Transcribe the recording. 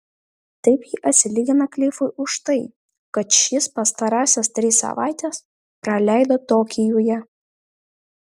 taip ji atsilygina klifui už tai kad šis pastarąsias tris savaites praleido tokijuje